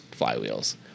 flywheels